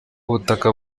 ubutaka